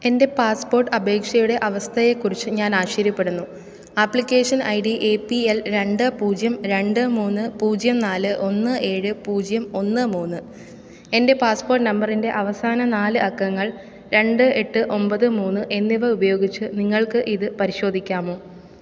എൻ്റെ പാസ്പോർട്ട് അപേക്ഷയുടെ അവസ്ഥയെക്കുറിച്ച് ഞാൻ ആശ്ചര്യപ്പെടുന്നു application I D A P L രണ്ട് പൂജ്യം രണ്ട് മൂന്ന് പൂജ്യം നാല് ഒന്ന് ഏഴ് പൂജ്യം ഒന്ന് മൂന്ന് എൻ്റെ പാസ്പോർട്ട് നമ്പറിൻറ്റെ അവസാന നാല് അക്കങ്ങൾ രണ്ട് എട്ട് ഒമ്പത് മൂന്ന് എന്നിവ ഉപയോഗിച്ച് നിങ്ങൾക്ക് ഇത് പരിശോധിക്കാമോ